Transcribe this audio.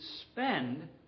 spend